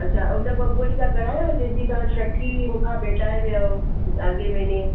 अच्छा उन बबूअ जी था करायो छा जंहिंजी छठी तव्हां मूंखा भेटाए वयव अॻिएं महिने